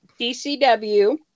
DCW